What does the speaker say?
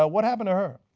ah what happened to her?